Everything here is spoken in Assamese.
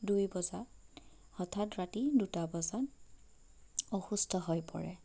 দুই বজাত হঠাৎ ৰাতি দুটা বজাত অসুস্থ হৈ পৰে